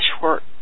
short